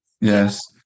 Yes